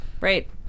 right